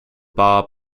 bar